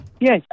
Yes